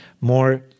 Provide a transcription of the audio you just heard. more